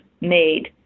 made